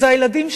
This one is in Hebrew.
וזה הילדים שלנו,